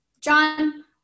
John